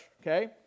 Okay